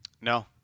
No